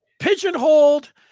pigeonholed